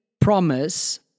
promise